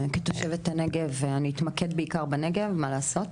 כתושבת הנגב אני אתמקד בעיקר בנגב, מה לעשות.